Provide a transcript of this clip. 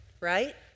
right